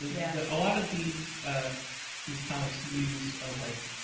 yeah a lot of these ah these comics use ah like,